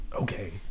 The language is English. Okay